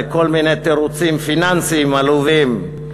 בכל מיני תירוצים פיננסיים עלובים.